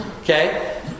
okay